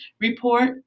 report